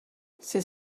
c’est